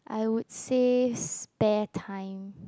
I would say spare time